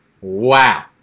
wow